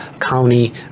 county